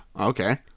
Okay